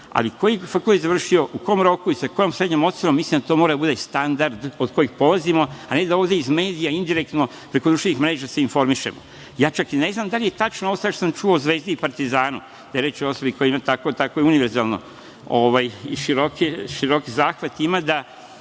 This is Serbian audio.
ali koji je fakultet završio, u kom roku i sa kojom srednjom ocenom, mislim da to mora da bude standard od kojeg polazimo, a ne da ovde iz medija, indirektno, preko društvenih mreža se informišemo. Čak i ne znam da li je tačno ovo sve što sam čuo o Zvezdi i Partizanu, da je reč o osobi koja ima tako univerzalan i široki zahvat, da